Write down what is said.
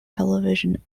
television